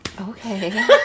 Okay